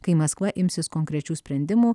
kai maskva imsis konkrečių sprendimų